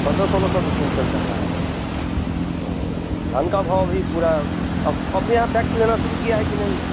पन्द्रह सोलह सौ क्विंटल चल रहा है धान का भाव भी पूरा अपने यहाँ टेक्स लेना शुरू किया है कि नहीं